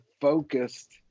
focused